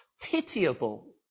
pitiable